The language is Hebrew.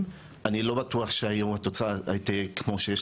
אני חווה את זה בצורה די משמעותית כי אין